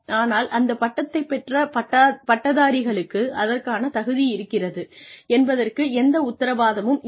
ஆனால் அந்த பட்டத்தைப் பெற்ற பட்டதாரிகளுக்கு அதற்கான தகுதி இருக்கிறது என்பதற்கு எந்த உத்தரவாதமும் இல்லை